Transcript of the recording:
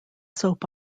soap